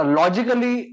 logically